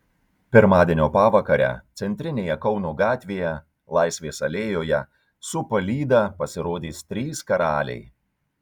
pirmadienio pavakarę centrinėje kauno gatvėje laisvės alėjoje su palyda pasirodys trys karaliai